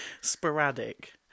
Sporadic